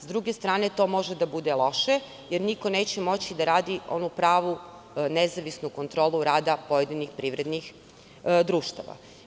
S druge strane, to može da bude loše, jer niko neće moći da radi onu pravu nezavisnu kontrolu rada pojedinih privrednih društava.